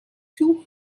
two